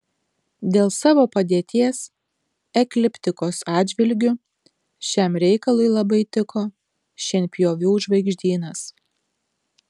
dėl savo padėties ekliptikos atžvilgiu šiam reikalui labai tiko šienpjovių žvaigždynas